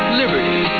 liberty